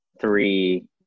three